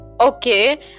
Okay